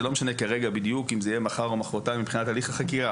זה לא משנה כרגע בדיוק אם זה יהיה מחר או מוחרתיים מבחינת הליך החקיקה,